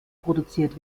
produziert